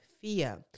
fear